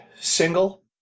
single